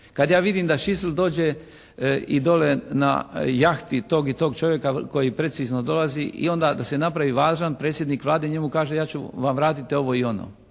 kad ja vidim da Schossel dođe i dole na jahti tog i tog čovjeka koji precizno dolazi i onda da se napravi važan predsjednik Vlade njemu kaže, ja ću vam vratiti ovo i ono.